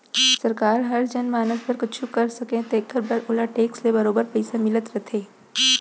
सरकार हर जनमानस बर कुछु कर सकय तेकर बर ओला टेक्स ले बरोबर पइसा मिलत रथे